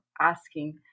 asking